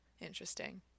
interesting